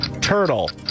Turtle